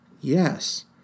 Yes